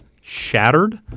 Shattered